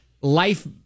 life